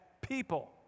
people